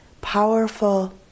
powerful